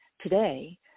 today